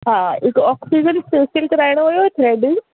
हा हिक oxygen facial कराइणो हुयो हिक थ्रेडिंग